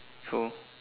so